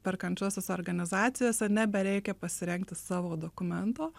perkančiosios organizacijose nebereikia pasirengti savo dokumento